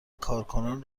کارکنان